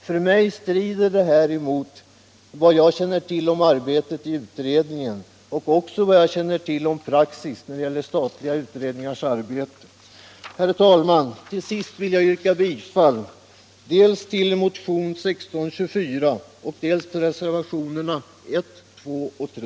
För mig strider detta dock mot vad jag känner till om arbetet i utredningen och även mot vad jag känner till om praxis i statliga utredningars arbete. Herr talman! Jag yrkar bifall till motionen 1624 och till reservationerna 1; 2och)3.